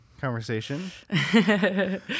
conversation